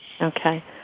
Okay